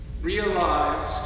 realized